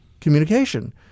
communication